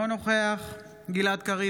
אינו נוכח גלעד קריב,